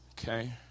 Okay